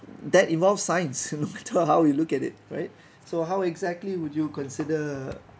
that involves science no matter how you look at it right so how exactly would you consider